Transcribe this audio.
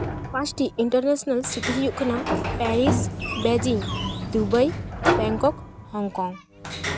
ᱯᱟᱸᱪᱴᱤ international city ᱦᱩᱭᱩᱜ ᱠᱟᱱᱟ Paris Beijing Dubai Bangkok Hong Kong